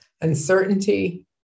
Uncertainty